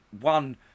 one